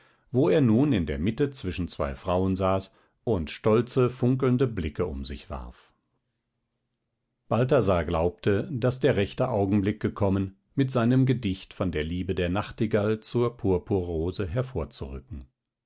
wo er nun in der mitte zwischen zwei frauen saß und stolze funkelnde blicke um sich warf balthasar glaubte daß der rechte augenblick gekommen mit seinem gedicht von der liebe der nachtigall zur purpurrose hervorzurücken